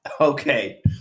Okay